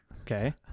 okay